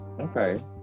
okay